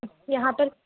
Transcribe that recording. यहाँ पर